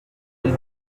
elle